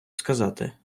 сказати